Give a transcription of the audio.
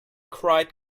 cried